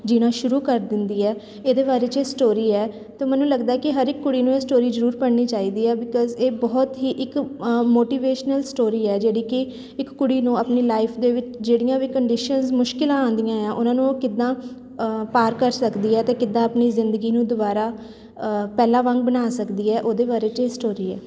ਜੀਣਾ ਸ਼ੁਰੂ ਕਰ ਦਿੰਦੀ ਹੈ ਇਹਦੇ ਬਾਰੇ 'ਚ ਸਟੋਰੀ ਹੈ ਅਤੇ ਮੈਨੂੰ ਲੱਗਦਾ ਕਿ ਹਰ ਇੱਕ ਕੁੜੀ ਨੂੰ ਇਹ ਸਟੋਰੀ ਜ਼ਰੂਰ ਪੜ੍ਹਨੀ ਚਾਹੀਦੀ ਆ ਬਿਕੋਜ਼ ਇਹ ਬਹੁਤ ਹੀ ਇੱਕ ਮੋਟੀਵੇਸ਼ਨਲ ਸਟੋਰੀ ਹੈ ਜਿਹੜੀ ਕਿ ਇੱਕ ਕੁੜੀ ਨੂੰ ਆਪਣੀ ਲਾਈਫ ਦੇ ਵਿੱਚ ਜਿਹੜੀਆਂ ਵੀ ਕੰਡੀਸ਼ਨਸ ਮੁਸ਼ਕਿਲਾਂ ਆਉਂਦੀਆਂ ਆ ਉਹਨਾਂ ਨੂੰ ਉਹ ਕਿੱਦਾਂ ਪਾਰ ਕਰ ਸਕਦੀ ਹੈ ਅਤੇ ਕਿੱਦਾਂ ਆਪਣੀ ਜ਼ਿੰਦਗੀ ਨੂੰ ਦੁਬਾਰਾ ਪਹਿਲਾਂ ਵਾਂਗ ਬਣਾ ਸਕਦੀ ਹੈ ਉਹਦੇ ਬਾਰੇ 'ਚ ਇਹ ਸਟੋਰੀ ਹੈ